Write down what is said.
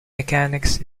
mechanics